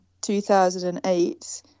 2008